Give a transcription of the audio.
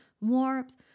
warmth